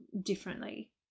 differently